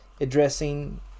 addressing